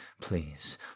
Please